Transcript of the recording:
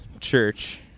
Church